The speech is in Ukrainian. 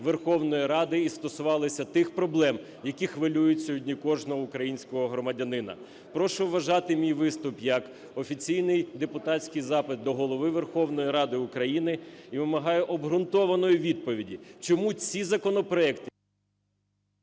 Верховної Ради і стосувалися тих проблем, які хвилюють сьогодні кожного українського громадянина. Прошу вважати мій виступ як офіційний депутатський запит до Голови Верховної Ради України і вимагаю обґрунтованої відповіді, чому ці законопроекти…